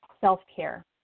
self-care